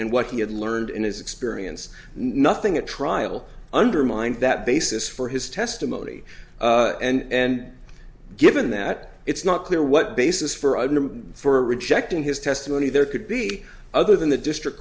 and what he had learned in his experience nothing at trial undermined that basis for his testimony and given that it's not clear what basis for an a for rejecting his testimony there could be other than the district